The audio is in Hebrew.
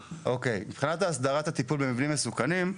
מבחינת הסדרת הטיפול במבנים מסוכנים: